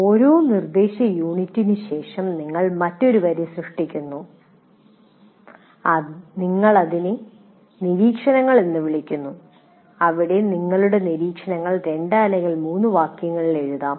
ഓരോ നിർദ്ദേശ യൂണിറ്റിനും ശേഷം നിങ്ങൾ മറ്റൊരു വരി സൃഷ്ടിക്കുന്നു ഞങ്ങൾ അതിനെ നിരീക്ഷണങ്ങൾ എന്ന് വിളിക്കുന്നു അവിടെ നിങ്ങളുടെ നിരീക്ഷണങ്ങൾ 2 അല്ലെങ്കിൽ 3 വാക്യങ്ങളിൽ എഴുതാം